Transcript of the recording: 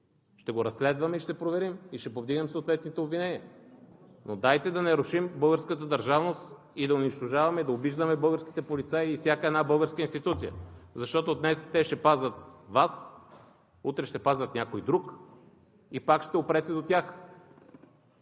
ще го разследваме и ще проверим, ще повдигнем съответните обвинения, но дайте да не рушим българската държавност, да унищожаваме, да обиждаме българските полицаи и всяка една българска институция, защото днес те ще пазят Вас, утре ще пазят някой друг и пак ще опрете до тях.